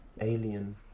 alien